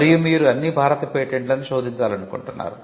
మరియు మీరు అన్ని భారత పేటెంట్లను శోధించాలనుకుంటున్నారు